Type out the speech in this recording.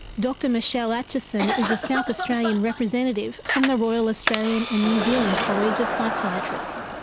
dr michelle atchison is the south australian representative from the royal australian and new zealand college of psychiatrists.